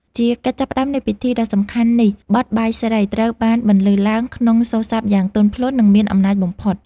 ជាកិច្ចចាប់ផ្ដើមនៃពិធីដ៏សំខាន់នេះ បទ បាយស្រី ត្រូវបានបន្លឺឡើងក្នុងសូរស័ព្ទយ៉ាងទន់ភ្លន់ និងមានអំណាចបំផុត។